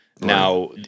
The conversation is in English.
Now